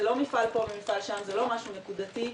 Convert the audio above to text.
זה לא מפעל פה ומפעל שם, זה לא משהו נקודתי.